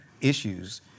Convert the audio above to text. issues